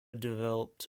developed